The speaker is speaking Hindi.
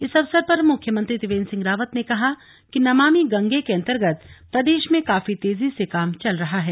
इस अवसर पर मुख्यमंत्री त्रिवेंद्र सिंह रावत ने कहा कि नमामि गंगे के अंतर्गत प्रदेश में काफी तेजी से काम चल रहा है